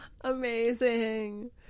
Amazing